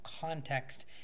context